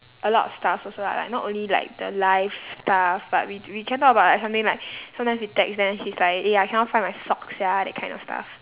a lot of stuffs also lah like not only like the life stuff but we we can talk about something like sometimes we text then she's like eh I cannot find my socks sia that kind of stuff